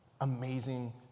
amazing